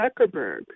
Zuckerberg